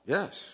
Yes